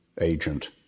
agent